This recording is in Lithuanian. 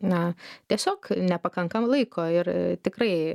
na tiesiog nepakankamai laiko ir tikrai